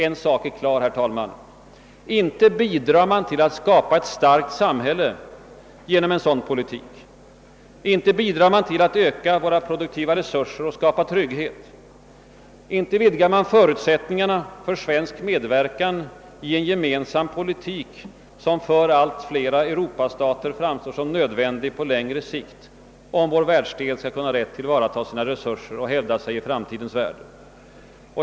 En sak är klar, inte bidrar man till att skapa ett »starkt samhälle» genom sådan politik, inte bidrar man till att öka våra produktiva resurser och skapa trygghet, inte vidgar man förutsättningarna för svensk medverkan i en gemensam politik, som för allt fler Europastater framstår som nödvändig på längre sikt, om vår världsdel skall kunna rätt tillvarata sina resurser och hävda sig i framtidens värld.